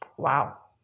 wow